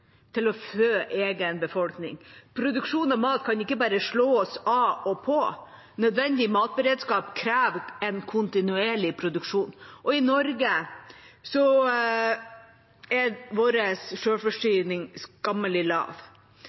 til å fø egen befolkning. Produksjon av mat kan ikke bare slås av og på. Nødvendig matberedskap krever en kontinuerlig produksjon, og i Norge er vår selvforsyning skammelig lav.